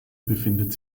befindet